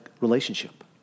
relationship